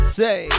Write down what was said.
say